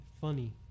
Funny